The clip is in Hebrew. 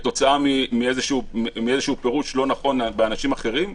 כתוצאה מאיזשהו פירוש לא נכון באנשים אחרים,